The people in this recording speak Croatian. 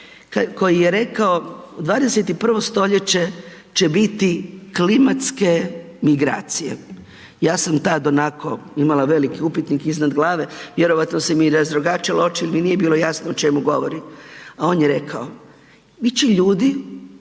koji je rekao, 21. st. će biti klimatske migracije. Ja sam tad onako imala veliki upitnik iznad glave, vjerojatno sam i razrogačila oči jer mi nije bilo jasno o čemu govori, a on je rekao. Bit će ljudi